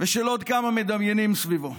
ושל עוד כמה מדמיינים סביבו.